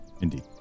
Indeed